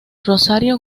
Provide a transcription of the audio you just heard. rosario